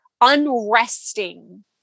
unresting